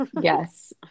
yes